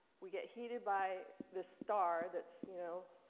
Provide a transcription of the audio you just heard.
we get heated by this star that's you know